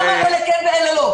למה לאלה כן ולאלה לא?